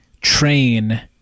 train